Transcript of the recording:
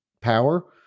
power